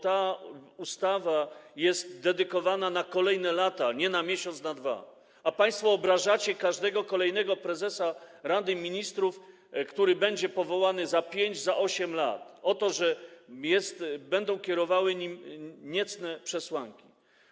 Ta ustawa jest przygotowana na kolejne lata, nie na miesiąc, na 2 miesiące, a państwo obrażacie każdego kolejnego prezesa Rady Ministrów, który będzie powołany za 5 lat, za 8 lat, mówiąc, że będą kierowały nim niecne przesłanki.